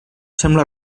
sembla